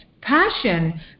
Passion